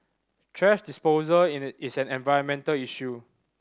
thrash disposal in a is an environmental issue